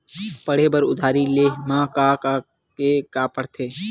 पढ़े बर उधारी ले मा का का के का पढ़ते?